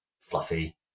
fluffy